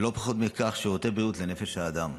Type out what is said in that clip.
ולא פחות מכך, שירותי בריאות לנפש האדם.